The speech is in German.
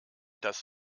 das